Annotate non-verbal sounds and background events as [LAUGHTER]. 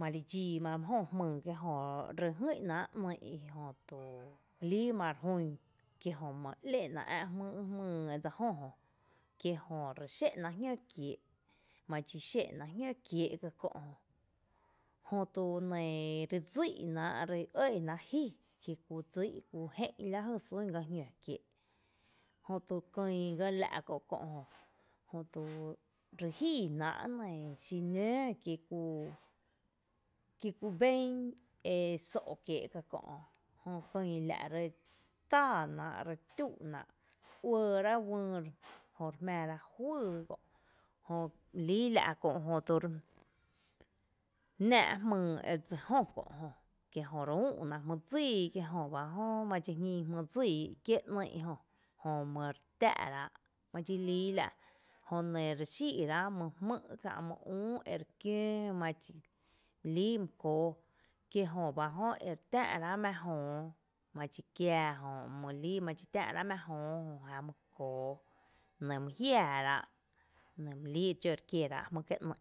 malidxíi mali jó jmyy kiee’ jö, re ngý’náa’ ‘nýy’ o líí mare jun kiejö ma ‘lé’na ä’ jmý’ edse jö jo kiejö re xé’na jñǿ kiee’, madxi xé’na jñǿ kiee’ ka kö jö, jötu re dsí’ná’ re ɇɇnáa’ jí kí kú dsíi’ kú jé’n lajy sún ga jñǿ kiee’ jötu kyy gá la’ kakö’ jötu re jíi náa’ nɇɇ xi nǿǿ kí kuu [HESITATION] kí kú ben eso’ kiee’ ka kö’, jö kÿÿ la’ re táá náá’ re túú’ náa’ re uɇɇ ráa’ uÿÿ re jmⱥⱥ ra juýy kö’ jö my líí la’ kö’ jötu nⱥⱥ’ jmyy edse jö Kö’ jö kiejö re úü’ ná jmý dsíiï kí jöba jö madxi jñín jmý dsíií kiejöba jö malidxi jñin jmý dsíií kié ‘nýy’ jö, jö mare tⱥⱥ’ rá’ madxi líi la’ jönɇ re xíi’rá’ mý jmý’ kiä’ mý üü re kiǿǿ madxi líi my kóóo kiejöba jö ere tⱥⱥ’ rá’ mⱥ jöóö madxi kiaa jö, jö malíí madxi tⱥⱥ’ rá’ mⱥ jöóö jáaá my kóó jö my jiaará’, nɇ my líí jóo’ re kiera’ jmý’ kié’ ‘nýý’.